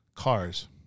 cars